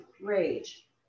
rage